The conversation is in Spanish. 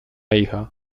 hija